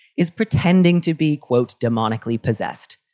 is pretending to be, quote, demonically possessed.